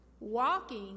walking